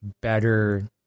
better